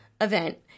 event